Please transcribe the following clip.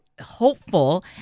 hopeful